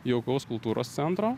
jaukaus kultūros centro